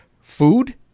food